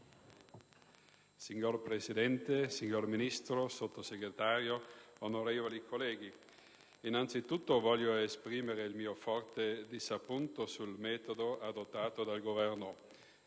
Signor Presidente, signor Ministro, signor Sottosegretario, onorevoli colleghi, innanzitutto voglio esprimere il mio forte disappunto per il metodo adottato dal Governo.